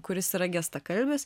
kuris yra gestakalbis